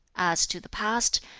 as to the past,